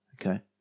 Okay